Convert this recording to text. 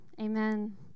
amen